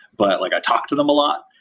but like i talk to them a lot.